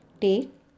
Take